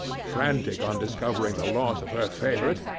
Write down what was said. frantic on discovering the loss of her favourite,